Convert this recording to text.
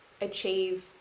achieve